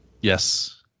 Yes